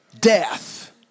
death